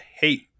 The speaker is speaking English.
hate